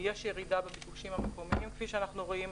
יש ירידה בביקושים המקומיים כפי שאנחנו רואים,